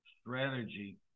strategy